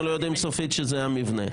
אנחנו לא יודעים סופית שזה המבנה.